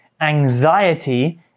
Anxiety